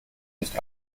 nicht